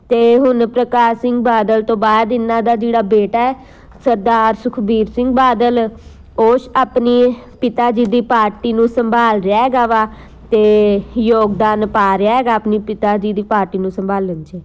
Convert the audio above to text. ਅਤੇ ਹੁਣ ਪ੍ਰਕਾਸ਼ ਸਿੰਘ ਬਾਦਲ ਤੋਂ ਬਾਅਦ ਇਹਨਾਂ ਦਾ ਜਿਹੜਾ ਬੇਟਾ ਸਰਦਾਰ ਸੁਖਬੀਰ ਸਿੰਘ ਬਾਦਲ ਉਸ ਆਪਣੀ ਪਿਤਾ ਜੀ ਦੀ ਪਾਰਟੀ ਨੂੰ ਸੰਭਾਲ ਰਿਹਾ ਹੈਗਾ ਵਾ ਅਤੇ ਯੋਗਦਾਨ ਪਾ ਰਿਹਾ ਹੈਗਾ ਆਪਣੀ ਪਿਤਾ ਜੀ ਦੀ ਪਾਰਟੀ ਨੂੰ ਸੰਭਾਲਣ 'ਚ